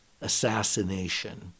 assassination